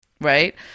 right